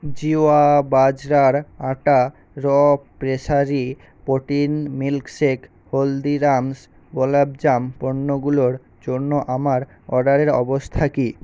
জিওয়া বাজরার আটা র্য প্রেসারি প্রোটিন মিল্ক শেক হলদিরামস গোলাপ জাম পণ্যগুলোর জন্য আমার অর্ডারের অবস্থা কী